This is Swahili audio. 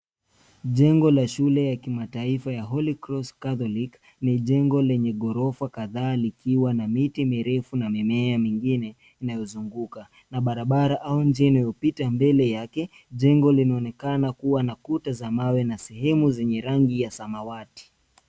Jengo la shule ya kimataifa ya Holy Cross Catholic ni jengo lenye ghorofa kadhaa likiwa na miti mirefu na mimea mingine inayozunguka, na barabara au njia iliyopita mbele yake. Jengo linaonekana kuwa na kuta za mawe na sehemu zenye rangi ya samawati.